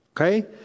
Okay